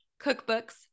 cookbooks